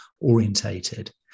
orientated